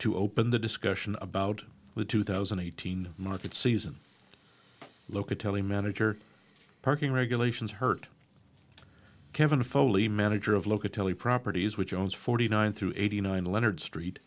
to open the discussion about the two thousand and eighteen market season locatelli manager parking regulations hurt kevin foley manager of look at telly properties which owns forty nine through eighty nine leonard street